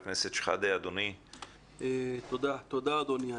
תודה אדוני.